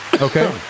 Okay